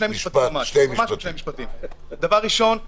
דבר ראשון,